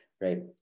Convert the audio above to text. right